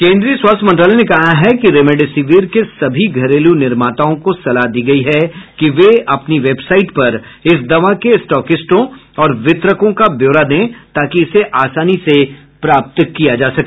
केंद्रीय स्वास्थ्य मंत्रालय ने कहा है कि रेमडेसिविर के सभी घरेलू निर्माताओं को सलाह दी गई है कि वे अपनी वेबसाइट पर इस दवा के स्टॉकिस्टों और वितरकों का ब्योरा दें ताकि इसे आसानी से प्राप्त किया जा सके